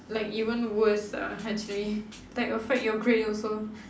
like even worse uh actually that affect your grade also